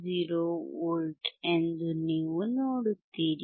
20 V ಎಂದು ನೀವು ನೋಡುತ್ತೀರಿ